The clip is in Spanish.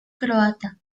croata